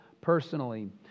personally